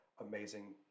amazing